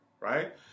Right